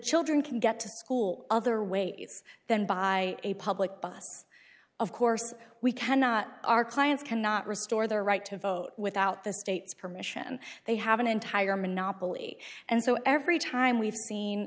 children can get to school other ways than by a public bus of course we cannot our clients cannot restore their right to vote without the state's permission they have an entire monopoly and so every time we've seen